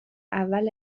اول